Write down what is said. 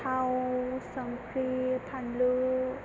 थाव संख्रि फानलु